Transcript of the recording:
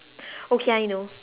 okay I know